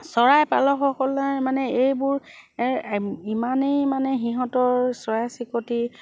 চৰাই পালকসকলে মানে এইবোৰ ইমানেই মানে সিহঁতৰ চৰাই চিৰিকতি